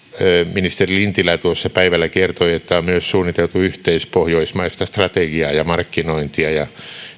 ministeri lintilä päivällä kertoi että on myös suunniteltu yhteispohjoismaista strategiaa ja markkinointia ja